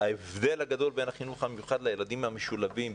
ההבדל בין הגדול בין החינוך המיוחד לילדים המשולבים,